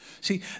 See